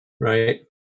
Right